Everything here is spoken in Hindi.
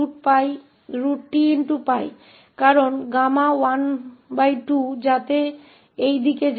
क्योंकि Γ 1 2 ताकि इस तरफ जाएं